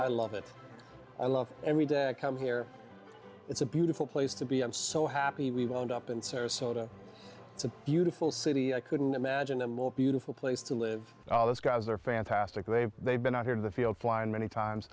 i love it i love and we come here it's a beautiful place to be i'm so happy we wound up in sarasota it's a beautiful city i couldn't imagine a more beautiful place to live all those guys are fantastic they they've been out here in the field flying many times